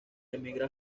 emigra